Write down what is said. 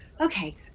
Okay